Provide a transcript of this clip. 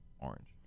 orange